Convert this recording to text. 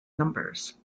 numbers